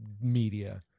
media